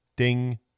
Ding